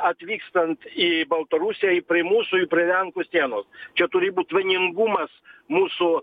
atvykstant į baltarusiją ir prie mūsų ir prie lenkų sienos čia turi būt vieningumas mūsų